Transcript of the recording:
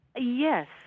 yes